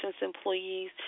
employees